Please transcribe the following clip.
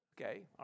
Okay